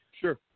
Sure